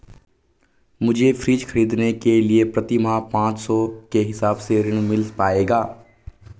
मुझे फ्रीज खरीदने के लिए प्रति माह पाँच सौ के हिसाब से ऋण मिल पाएगा?